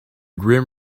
grim